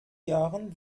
jahren